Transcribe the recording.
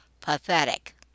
pathetic